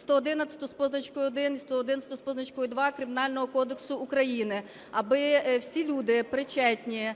111 з позначкою 1, 111 з позначкою 2 Кримінального кодексу України, аби всі люди причетні